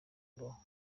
kubaho